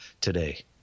today